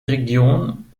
region